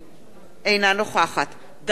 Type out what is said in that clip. אינה נוכחת דוד רותם,